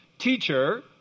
Teacher